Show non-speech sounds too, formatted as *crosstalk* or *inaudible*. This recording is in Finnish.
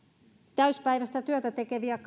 täysipäiväistä työtä tekevistä *unintelligible*